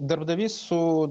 darbdavys su